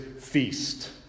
feast